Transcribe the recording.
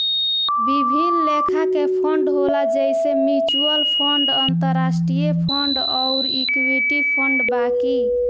विभिन्न लेखा के फंड होला जइसे म्यूच्यूअल फंड, अंतरास्ट्रीय फंड अउर इक्विटी फंड बाकी